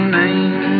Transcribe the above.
name